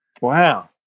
Wow